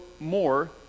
More